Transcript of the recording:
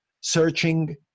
searching